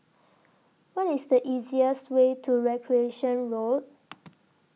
What IS The easiest Way to Recreation Road